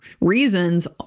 reasons